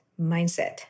mindset